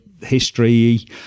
history